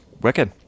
wicked